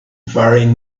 faring